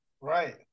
Right